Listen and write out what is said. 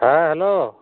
ᱦᱮᱸ ᱦᱮᱞᱳ